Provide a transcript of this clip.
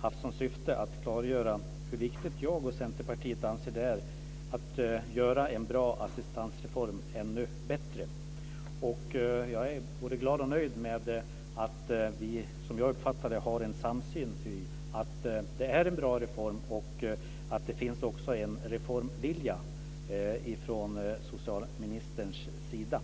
haft som syfte att klargöra hur viktigt jag och Centerpartiet anser att det är att göra en bra assistansreform ännu bättre. Jag är både glad och nöjd med att vi, som jag uppfattar det, har en samsyn om att det är en bra reform och att det finns en reformvilja från socialministerns sida.